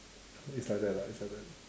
it's like that lah it's like that